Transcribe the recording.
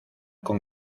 con